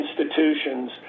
institutions